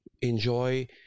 enjoy